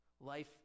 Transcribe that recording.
life